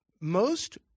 most-